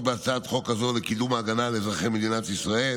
בהצעת החוק הזאת לקידום ההגנה על אזרחי מדינת ישראל